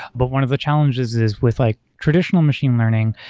but one of the challenges is with like traditional machine learning,